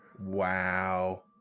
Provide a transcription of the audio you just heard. Wow